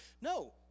No